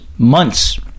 Months